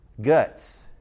guts